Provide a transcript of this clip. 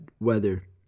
weather